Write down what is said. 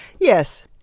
Yes